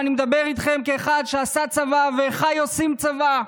ואני מדבר איתכם כאחד שעשה צבא ואחיי עושים צבא,